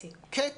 הסדר.